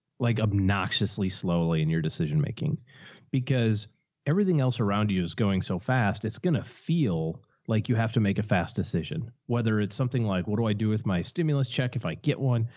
like obnoxiously slowly in your decision making because everything else around you is going so fast, it's going to feel like you have to make a fast decision. whether it's something like, what do i do with my stimulus check? if i get one,